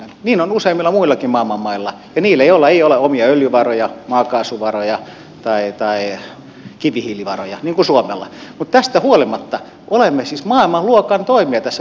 niin on useimmilla muillakin maailman mailla niillä joilla ei ole omia öljyvaroja maakaasuvaroja tai kivihiilivaroja niin kuin suomella mutta tästä huolimatta olemme siis maailmanluokan toimija tässä